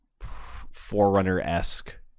Forerunner-esque